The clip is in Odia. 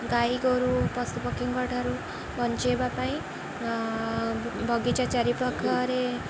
ଗାଈ ଗୋରୁ ପଶୁପକ୍ଷୀଙ୍କ ଠାରୁ ବଞ୍ଚେଇବା ପାଇଁ ବଗିଚା ଚାରିପାଖରେ